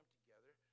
together